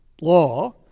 law